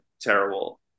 terrible